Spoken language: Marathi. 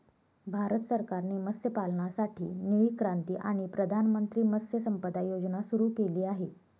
भारत सरकारने मत्स्यपालनासाठी निळी क्रांती आणि प्रधानमंत्री मत्स्य संपदा योजना सुरू केली आहे